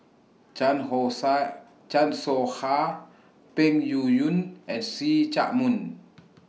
Chan Ho Sha Chan Soh Ha Peng Yuyun and See Chak Mun